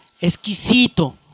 exquisito